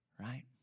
right